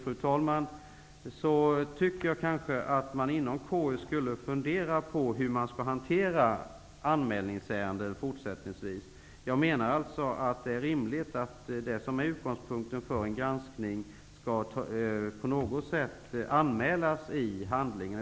Slutligen tycker jag att man inom KU skulle fundera över hur man skall hantera anmälningsärenden fortsättningsvis. Jag menar att det är rimligt att det som är utgångspunkten för en granskning på något sätt skall anmälas i handlingen.